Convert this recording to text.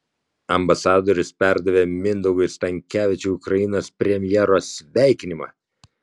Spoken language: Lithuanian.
ambasadorius perdavė mindaugui stankevičiui ukrainos premjero sveikinimą